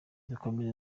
dukomeze